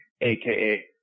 AKA